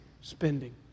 spending